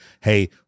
Hey